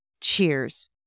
cheers